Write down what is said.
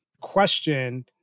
question